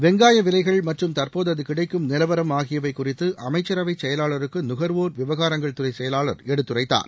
வெங்காய விலைகள் மற்றும் தற்போது அது கிடைக்கும் நிலவரம் ஆகியவை குறித்து அமைச்சரவை செயலாளருக்கு நுகர்வோர் விவகாரங்கள் துறை செயலாளர் எடுத்துரைத்தார்